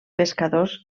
pescadors